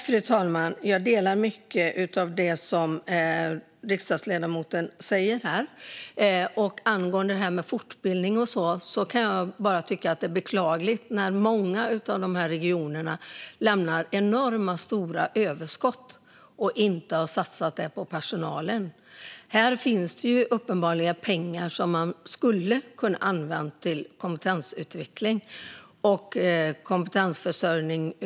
Fru talman! Jag delar mycket av det som riksdagsledamoten säger här. Angående det här med fortbildning kan jag bara tycka att det är beklagligt när många av regionerna lämnar enormt stora överskott och inte har satsat de pengarna på personalen. Här finns uppenbarligen pengar som man skulle ha kunnat använda till kompetensutveckling och kompetensförsörjning.